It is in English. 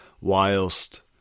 whilst